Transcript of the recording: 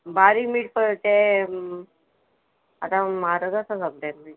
बारीक मीट पळ ते आतां म्हारग आसा सगळ्याक मीठ न्हू